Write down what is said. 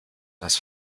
das